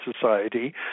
Society